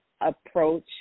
approach